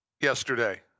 yesterday